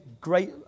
great